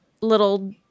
little